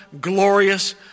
glorious